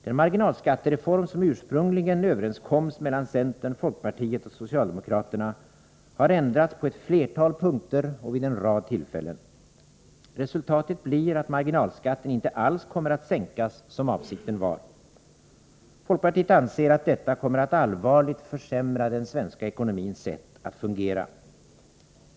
Den marginalskattereform som ursprungligen överenskoms mellan centern, folkpartiet och socialdemokraterna har ändrats på ett flertal punkter och vid en rad tillfällen. Resultatet blir att marginalskatten inte alls kommer att sänkas, som avsikten var. Folkpartiet anser att detta kommer att allvarligt försämra den svenska ekonomins sätt att fungera.